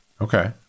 Okay